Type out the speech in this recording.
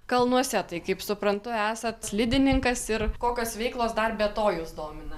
kalnuose tai kaip suprantu esat slidininkas ir kokios veiklos dar be to jus domina